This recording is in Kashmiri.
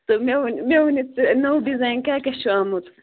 تہٕ مےٚ ؤنِو مےٚ ؤنِو ژےٚ نٔو ڈِزایِن کیٛاہ کیٛاہ چھُ آمُت